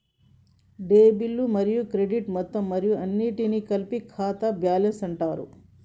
డెబిట్లు మరియు క్రెడిట్లు మొత్తం మరియు అన్నింటినీ కలిపి ఖాతా బ్యాలెన్స్ అంటరు